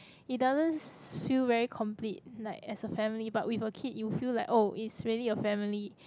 it doesn't s~ feel very complete like as a family but with a kid you will feel like oh it's really a family